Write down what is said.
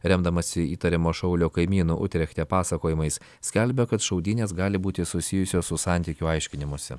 remdamasi įtariamo šaulio kaimynų utrechte pasakojimais skelbia kad šaudynės gali būti susijusios su santykių aiškinimųsi